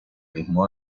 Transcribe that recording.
mismo